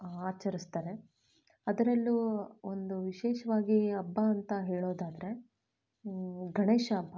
ಆಚರಿಸ್ತಾರೆ ಅದರಲ್ಲೂ ಒಂದು ವಿಶೇಷವಾಗಿ ಹಬ್ಬ ಅಂತ ಹೇಳೋದಾದರೆ ಗಣೇಶ ಹಬ್ಬ